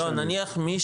נניח מי